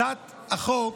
הצעת החוק,